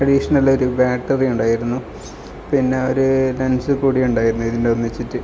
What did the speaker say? അഡീഷനലായിട്ടൊറു battery ഉണ്ടായിരുന്നു പിന്നെ ഒരു ലെൻസും കൂടി ഉണ്ടായിരുന്നു ഇതിൻ്റെ ഒന്നിച്ചിട്ട്